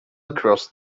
across